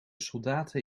soldaten